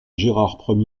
gérard